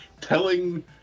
telling